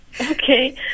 Okay